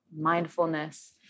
mindfulness